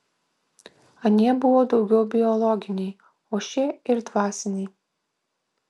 anie buvo daugiau biologiniai o šie ir dvasiniai